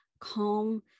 calm